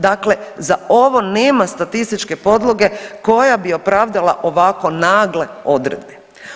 Dakle, za ovo nema statističke podloge koja bi opravdala ovako nagle odredbe.